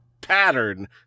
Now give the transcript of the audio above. pattern